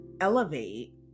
elevate